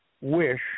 Wish